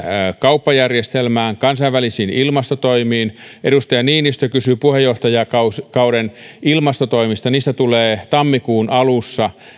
kauppajärjestelmään kansainvälisiin ilmastotoimiin edustaja niinistö kysyi puheenjohtajakauden ilmastotoimista ja niistä tulee tammikuun alussa